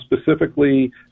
specifically